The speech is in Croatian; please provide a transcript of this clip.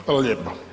Hvala lijepa.